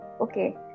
Okay